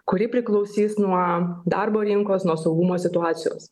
kuri priklausys nuo darbo rinkos nuo saugumo situacijos